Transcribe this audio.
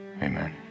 Amen